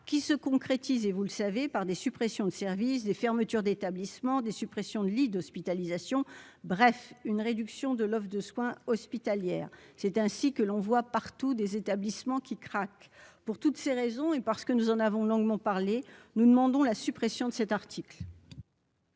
qui se concrétise et vous le savez, par des suppressions de services des fermetures d'établissements, des suppressions de lits d'hospitalisation, bref une réduction de l'offre de soins hospitalière, c'est ainsi que l'on voit partout des établissements qui craque pour toutes ces raisons et parce que nous en avons longuement parlé, nous demandons la suppression de cet article.